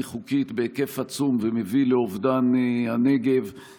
חוקית בהיקף עצום ומביא לאובדן הנגב,